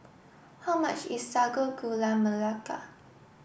how much is Sago Gula Melaka